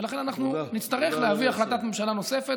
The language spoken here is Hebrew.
ולכן אנחנו נצטרך להביא החלטת ממשלה נוספת,